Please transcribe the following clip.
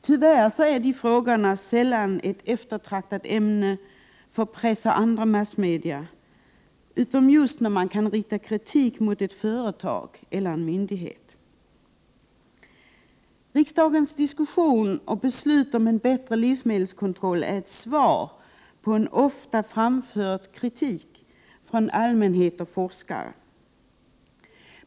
Tyvärr är de frågorna sällan ett eftertraktat ämne för press och andra massmedia, utom just i de fall när man kan rikta kritik mot ett företag eller en myndighet. Riksdagens diskussion och beslut om en bättre livsmedelskontroll är ett svar på en ofta framförd kritik från allmänhet och forskare.